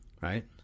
right